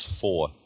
four